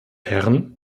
herren